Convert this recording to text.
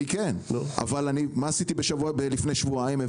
כן, אבל מה עשיתי לפני שבועיים?